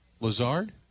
Lazard